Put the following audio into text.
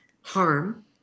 harm